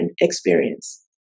experience